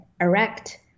erect